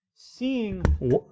seeing